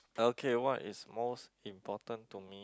okay what is most important to me